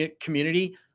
community